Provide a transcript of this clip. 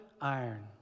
iron